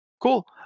cool